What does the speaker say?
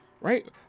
Right